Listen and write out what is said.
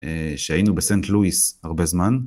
שהיינו בסנט לויס הרבה זמן.